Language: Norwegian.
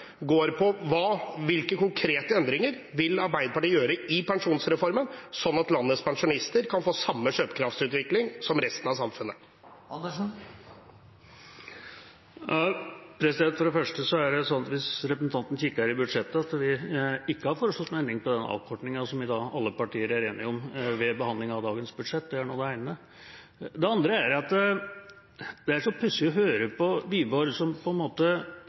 hvilke konkrete endringer Arbeiderpartiet vil gjøre i pensjonsreformen, slik at landets pensjonister kan få samme kjøpekraftsutvikling som resten av samfunnet. For det første er det slik at hvis representanten kikker på budsjettet, vil han se at vi ikke har foreslått noen endring på den avkortingen som alle partier er enige om ved behandlingen av dagens budsjett. Det er det ene. For det andre: Det er pussig å høre på Wiborg, som på en måte